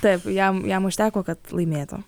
taip jam jam užteko kad laimėtų